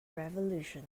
revolution